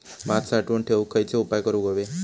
भात साठवून ठेवूक खयचे उपाय करूक व्हये?